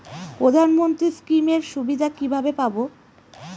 প্রধানমন্ত্রী স্কীম এর সুবিধা কিভাবে পাবো?